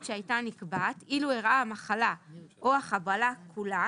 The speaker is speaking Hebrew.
שהייתה נקבעת אילו אירעה המחלה או החבלה כולה